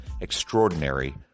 extraordinary